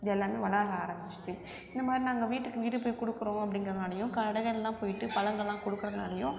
இது எல்லாமே வளர ஆரம்பிச்சிச்சு இந்த மாதிரி நாங்கள் வீட்டுக்கு வீடு போய் கொடுக்குறோம் அப்படிங்கிறதுனாலையும் கடைகள்லாம் போய்ட்டு பழங்கள்லாம் கொடுக்குறதுனாலையும்